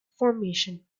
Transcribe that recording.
formation